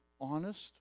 honest